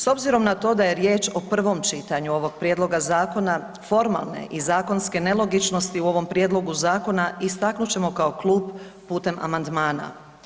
S obzirom da je riječ o prvom čitanju ovog prijedloga zakona, formalne i zakonske nelogičnosti u ovom prijedlogu zakona istaknut ćemo kao klub putem amandmana.